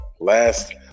Last